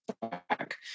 back